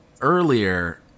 earlier